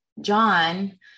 John